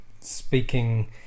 speaking